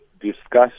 discuss